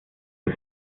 das